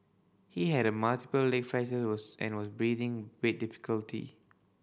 he had multiple leg fractures was and was breathing with difficulty